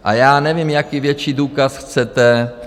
A já nevím, jaký větší důkaz chcete.